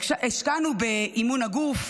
השקענו באימון הגוף,